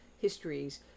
histories